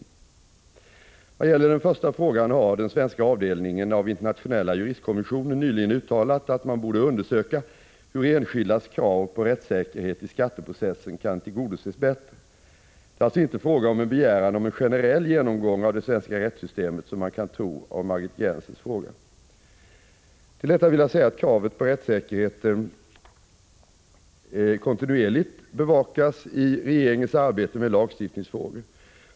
I vad gäller den första frågan har den svenska avdelningen av Internationella juristkommissionen nyligen uttalat att man borde undersöka hur enskildas krav på rättssäkerhet i skatteprocessen kan tillgodoses bättre. Det är alltså inte fråga om en begäran om en generell genomgång av det svenska rättssystemet som man kan tro av Margit Gennsers fråga. Till detta vill jag säga att kravet på rättssäkerhet kontinuerligt beaktas i regeringens arbete med lagstiftningsfrågor.